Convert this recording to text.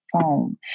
phone